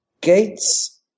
Gates